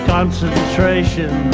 Concentration